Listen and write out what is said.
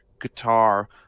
guitar